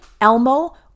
Elmo